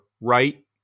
right